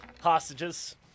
Hostages